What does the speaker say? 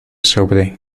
sobre